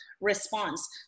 response